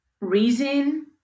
reason